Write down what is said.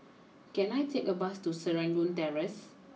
can I take a bus to Serangoon Terrace